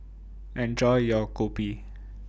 Enjoy your Kopi